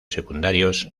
secundarios